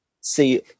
See